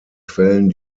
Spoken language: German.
quellen